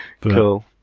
Cool